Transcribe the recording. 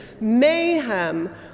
mayhem